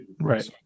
Right